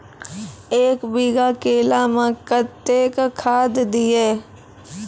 एक बीघा केला मैं कत्तेक खाद दिये?